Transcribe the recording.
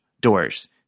doors